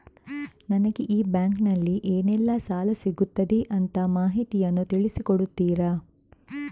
ನನಗೆ ಈ ಬ್ಯಾಂಕಿನಲ್ಲಿ ಏನೆಲ್ಲಾ ಸಾಲ ಸಿಗುತ್ತದೆ ಅಂತ ಮಾಹಿತಿಯನ್ನು ತಿಳಿಸಿ ಕೊಡುತ್ತೀರಾ?